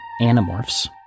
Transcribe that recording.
Animorphs